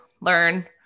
learn